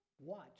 watch